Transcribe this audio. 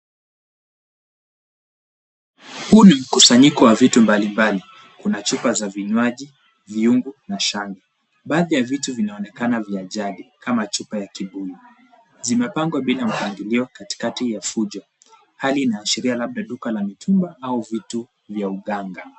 Huu ni mkusanyiko wa vitu mbalimbali. Kuna chupa za vinywaji, vyungu na shanga. Baadhi ya vitu vinaonekana vya jadi, kama chupa ya kibuyu. Zimepangwa bila mpangilio katikati ya fujo, hali inaashiria labda duka la mitumba au vitu vya uganga.